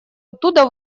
оттуда